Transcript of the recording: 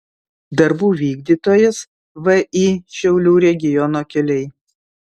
darbų vykdytojas vį šiaulių regiono keliai